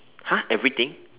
!huh! everything